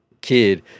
kid